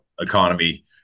economy